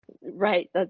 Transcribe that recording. Right